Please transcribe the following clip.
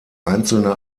einzelne